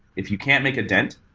if you can't make a dent,